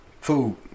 Food